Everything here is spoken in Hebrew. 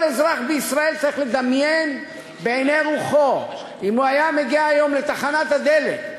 כל אזרח בישראל צריך לדמיין בעיני רוחו שהוא מגיע לתחנת הדלק,